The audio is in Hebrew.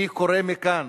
אני קורא מכאן